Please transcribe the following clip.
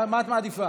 את מעדיפה